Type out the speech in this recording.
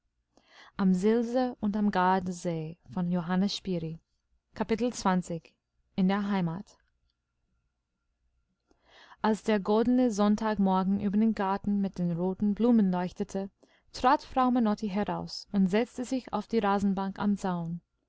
kapitel in der heimat als der goldene sonntagmorgen über den garten mit den roten blumen leuchtete trat frau menotti heraus und setzte sich auf die rasenbank am zaun